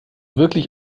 wirklich